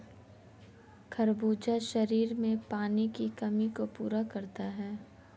खरबूजा शरीर में पानी की कमी को पूरा करता है